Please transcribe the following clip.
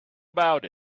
about